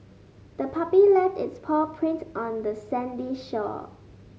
the puppy left its paw prints on the sandy shore